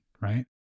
right